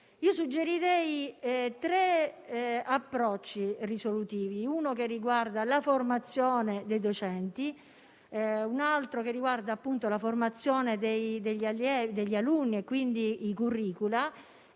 Io suggerirei tre approcci risolutivi: uno che riguarda la formazione dei docenti, l'altro che riguarda la formazione degli alunni e quindi i *curricula*;